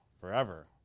forever